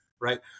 Right